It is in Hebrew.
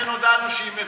לכן הודענו שהיא מבוטלת.